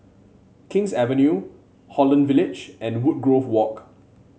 King's Avenue Holland Village and Woodgrove Walk